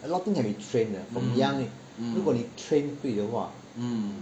a lot things can be trained 的 from young 如果你 train 对的话